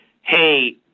Hey